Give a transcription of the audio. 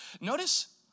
Notice